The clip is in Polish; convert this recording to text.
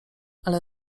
ale